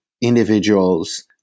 individuals